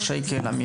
שייקה אל עמי,